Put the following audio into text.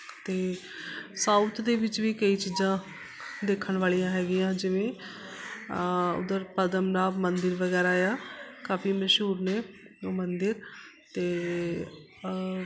ਅਤੇ ਸਾਊਥ ਦੇ ਵਿੱਚ ਵੀ ਕਈ ਚੀਜ਼ਾਂ ਦੇਖਣ ਵਾਲੀਆਂ ਹੈਗੀਆਂ ਜਿਵੇਂ ਉੱਧਰ ਪਦਮਨਾਵ ਮੰਦਰ ਵਗੈਰਾ ਆ ਕਾਫੀ ਮਸ਼ਹੂਰ ਨੇ ਉਹ ਮੰਦਿਰ ਅਤੇ